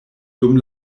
dum